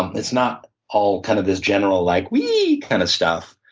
it's not all kind of this general like wee kind of stuff.